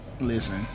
Listen